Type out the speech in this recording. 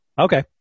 Okay